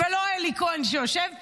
ולא אלי כהן, שיושב פה,